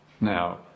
Now